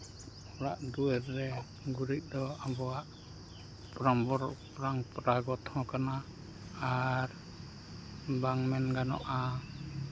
ᱚᱲᱟᱜ ᱫᱩᱣᱟᱹᱨ ᱨᱮ ᱟᱵᱚᱣᱟᱜ ᱠᱟᱱᱟ ᱟᱨ ᱵᱟᱝ ᱢᱮᱱ ᱜᱟᱱᱚᱜᱼᱟ